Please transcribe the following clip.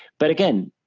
but again,